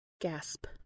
Gasp